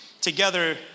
together